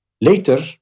Later